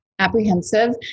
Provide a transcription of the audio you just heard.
apprehensive